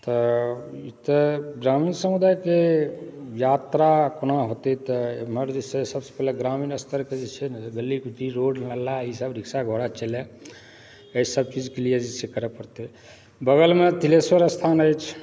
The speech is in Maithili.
तऽ तऽ ग्रामीण समुदायके यात्रा कोना हेतै तऽ एम्हर जे छै से सबसँ पहिने ग्रामीण स्तरपर जे छै ने गली कूची रोड मोहल्ला ई सब रिक्शा घोड़ा चलै अछि सब चीज के लिए जे छै से करै पड़तै बगलमे तिलेश्वर स्थान अछि